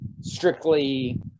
strictly